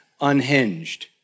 unhinged